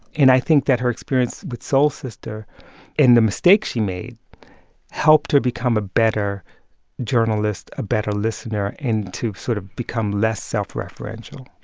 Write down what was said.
and i think that her experience with soul sister and the mistakes she made helped her become a better journalist, a better listener and to sort of become less self-referential